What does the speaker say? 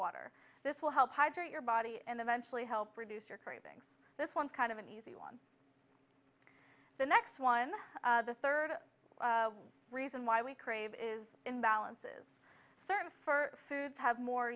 water this will help hydrate your body and eventually help reduce your cravings this one kind of an easy one the next one the third reason why we crave is imbalances certain for foods have more